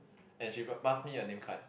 and she got pass me her namecard